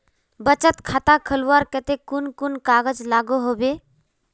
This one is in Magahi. बचत खाता खोलवार केते कुन कुन कागज लागोहो होबे?